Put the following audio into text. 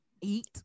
eat